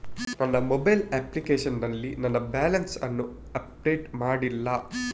ನನ್ನ mobile application ನಲ್ಲಿ ನನ್ನ ಬ್ಯಾಲೆನ್ಸ್ ಅನ್ನು ಅಪ್ಡೇಟ್ ಮಾಡ್ಲಿಲ್ಲ